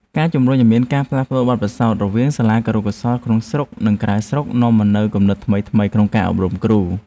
ការជំរុញឱ្យមានការផ្លាស់ប្តូរបទពិសោធន៍រវាងសាលាគរុកោសល្យក្នុងស្រុកនិងក្រៅស្រុកនាំមកនូវគំនិតថ្មីៗក្នុងការអប់រំគ្រូ។